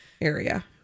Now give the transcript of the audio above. area